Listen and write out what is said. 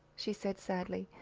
she said, sadly,